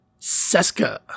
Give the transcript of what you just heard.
Seska